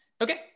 okay